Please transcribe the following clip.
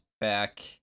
back